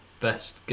best